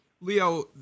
Leo